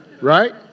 right